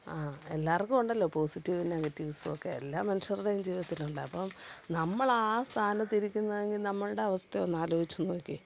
ആ എല്ലാവർക്കുണ്ടല്ലോ പോസിറ്റീവ് നെഗറ്റീവ്സുമൊക്കെ എല്ലാ മനുഷ്യരുടെയും ജീവിതത്തിലുമുണ്ട് അപ്പോള് നമ്മളാസ്ഥാനത്ത് ഇരിക്കുന്നതെങ്കില് നമ്മളുടെ അവസ്ഥയൊന്ന് ആലോചിച്ചു നോക്കിയെ